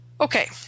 Okay